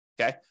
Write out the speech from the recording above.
Okay